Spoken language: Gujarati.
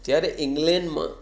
ત્યારે ઈંગ્લેંડમાં